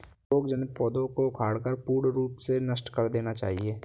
रोग जनित पौधों को उखाड़कर पूर्ण रूप से नष्ट कर देना चाहिये